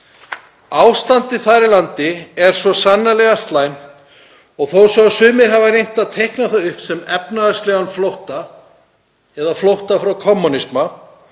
Ástandið þar í landi er svo sannarlega slæmt og þó svo að sumir hafi reynt að teikna það upp sem efnahagslegan flótta eða flótta frá kommúnisma